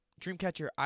Dreamcatcher